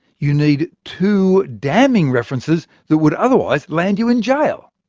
you need two damning references that would otherwise land you in jail.